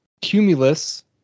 Cumulus